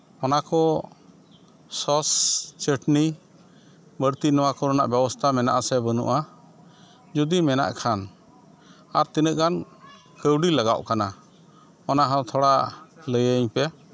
ᱚᱱᱟ ᱠᱚ ᱥᱚᱥᱼᱪᱟᱹᱴᱱᱤ ᱵᱟᱹᱲᱛᱤ ᱱᱚᱣᱟ ᱠᱚᱨᱮᱱᱟᱜ ᱵᱮᱵᱚᱥᱛᱷᱟ ᱢᱮᱱᱟᱜᱼᱟᱥᱮ ᱵᱟᱹᱱᱩᱜᱼᱟ ᱡᱩᱫᱤ ᱢᱮᱱᱟᱜ ᱠᱷᱟᱱ ᱟᱨ ᱛᱤᱱᱟᱹᱜ ᱜᱟᱱ ᱠᱟᱹᱣᱰᱤ ᱞᱟᱜᱟᱣᱚᱜ ᱠᱟᱱᱟ ᱚᱱᱟ ᱦᱚᱸ ᱛᱷᱚᱲᱟ ᱞᱟᱹᱭᱟᱹᱧ ᱯᱮ